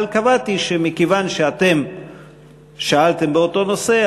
אבל קבעתי שמכיוון שאתם שאלתם באותו נושא,